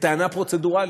בטענה פרוצדורלית,